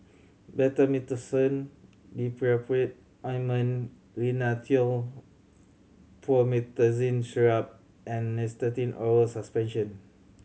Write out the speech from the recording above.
Betamethasone Dipropionate Ointment Rhinathiol Promethazine Syrup and Nystatin Oral Suspension